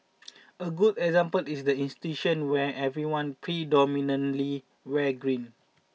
a good example is the institution where everyone predominantly wears green